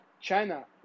china